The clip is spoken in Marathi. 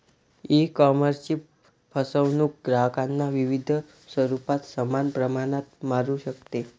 ईकॉमर्सची फसवणूक ग्राहकांना विविध स्वरूपात समान प्रमाणात मारू शकते